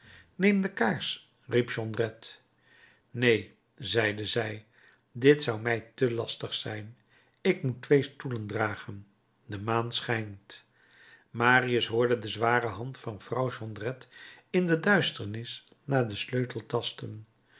neem de kaars riep jondrette neen zeide zij dit zou mij te lastig zijn ik moet twee stoelen dragen de maan schijnt marius hoorde de zware hand van vrouw jondrette in de duisternis naar den sleutel tasten